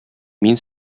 мин